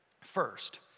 First